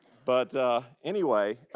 but anyway,